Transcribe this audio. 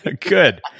Good